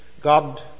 God